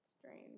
strange